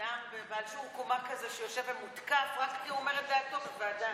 אדם בעל שיעור קומה כזה שיושב ומותקף רק כי הוא אומר את דעתו בוועדה.